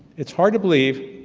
it's hard to believe.